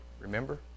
Remember